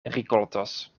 rikoltos